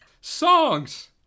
songs